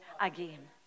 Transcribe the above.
again